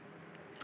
ah